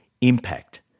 impact